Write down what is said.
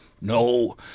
no